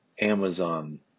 Amazon